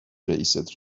رئیست